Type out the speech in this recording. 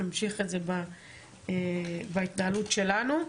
נמשיך את זה בהתנהלות שלנו.